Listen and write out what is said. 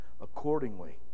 accordingly